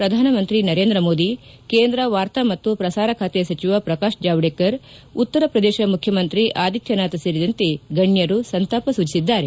ಪ್ರಧಾನಮಂತ್ರಿ ನರೇಂದ್ರ ಮೋದಿ ಕೇಂದ್ರ ವಾರ್ತಾ ಮತ್ತು ಪ್ರಸಾರ ಖಾತೆ ಸಚಿವ ಪ್ರಕಾಶ್ ಜಾವಡೇಕರ್ ಉತ್ತರ ಪ್ರದೇಶ ಮುಖ್ಯಮಂತ್ರಿ ಆದಿತ್ಯನಾಥ್ ಸೇರಿದಂತೆ ಗಣ್ಣರು ಸಂತಾಪ ಸೂಚಿಸಿದ್ದಾರೆ